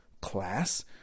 class